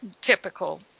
typical